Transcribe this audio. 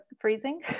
freezing